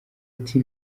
ati